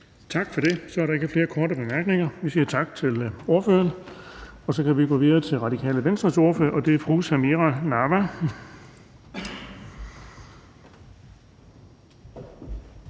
Tak for det. Så er der ikke flere korte bemærkninger. Vi siger tak til ordføreren. Så kan vi gå videre til Radikale Venstres ordfører, og det er fru Samira Nawa.